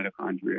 mitochondria